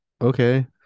okay